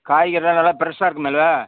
காய்கறியெலாம் நல்லா ப்ரெஷ்ஷாக இருக்குமில்ல